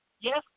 yes